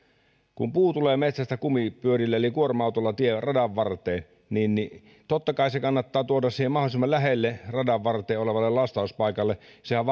kun puu tulee metsästä kumipyörillä eli kuorma autolla radanvarteen niin niin totta kai se kannattaa tuoda siihen mahdollisimman lähelle radanvarressa olevalle lastauspaikalle sehän